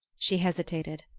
she hesitated.